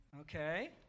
Okay